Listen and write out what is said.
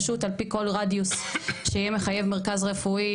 פשוט על פי כל רדיוס שיהיה מחייב מרכז רפואי,